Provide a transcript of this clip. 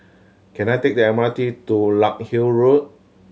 can I take the M R T to Larkhill Road